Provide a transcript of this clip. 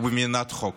ובמדינת חוק.